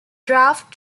draft